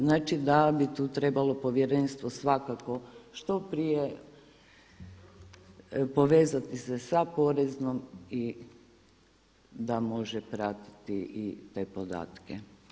Znači da bi tu trebalo povjerenstvo svakako što prije povezati se sa poreznom da može pratiti te podatke.